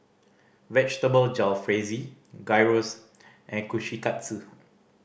Vegetable Jalfrezi Gyros and Kushikatsu